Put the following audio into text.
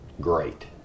great